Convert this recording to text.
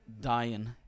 dying